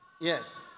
Yes